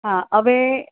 હા અવે